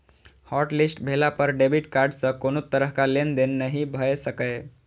hotlist भेला पर debit card सं कोनो तरहक लेनदेन नहि भए सकैए